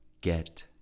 Get